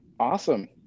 Awesome